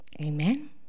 Amen